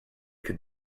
could